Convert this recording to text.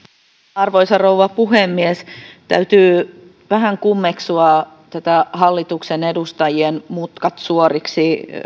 arvoisa rouva puhemies täytyy vähän kummeksua tätä hallituksen edustajien mutkat suoriksi